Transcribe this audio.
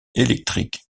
électrique